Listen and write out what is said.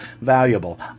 valuable